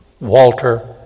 Walter